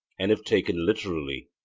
and if taken literally,